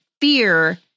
fear